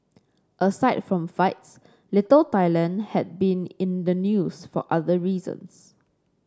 aside from fights Little Thailand had been in the news for other reasons